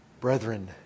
brethren